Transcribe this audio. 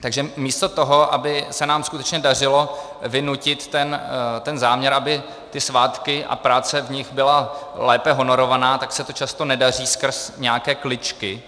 Takže místo toho, aby se nám skutečně dařilo vynutit ten záměr, aby svátky a práce v nich byla lépe honorovaná, tak se to často nedaří skrz nějaké kličky.